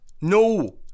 No